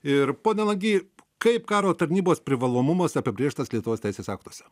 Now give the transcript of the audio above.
ir pone lagy kaip karo tarnybos privalomumas apibrėžtas lietuvos teisės aktuose